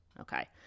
okay